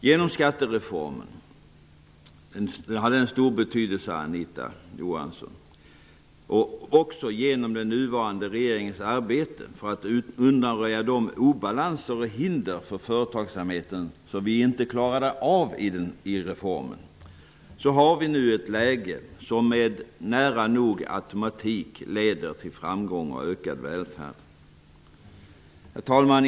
Genom skattereformen och genom den nuvarande regeringens arbete för att undanröja de obalanser och hinder för företagsamheten som vi inte klarade av i reformen har vi nu ett läge som nära nog med automatik leder till framgång och ökad välfärd. Det är av stor betydelse, Anita Johansson. Herr talman!